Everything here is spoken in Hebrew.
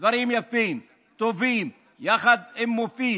דברים יפים, טובים, יחד עם מופיד,